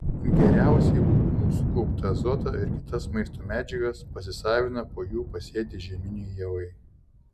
geriausiai lubinų sukauptą azotą ir kitas maisto medžiagas pasisavina po jų pasėti žieminiai javai